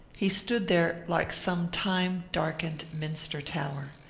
he stood there like some time-darkened minster-tower.